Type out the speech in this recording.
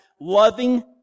loving